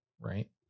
right